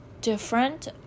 different